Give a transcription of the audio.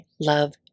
love